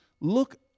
look